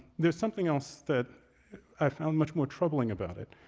there's something else that i've found much more troubling about it.